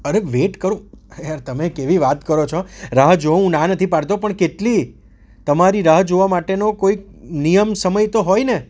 અરે વેટ કરો યાર તમે કેવી વાત કરો છો રાહ જોઉં ના નથી પાડતો પણ કેટલી તમારી રાહ જોવા માટેનો કોઈક નિયમ સમય તો હોય ને